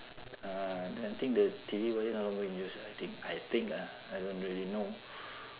ah I think the T_V wire no longer in use I think I think ah I don't really know